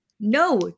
No